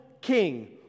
king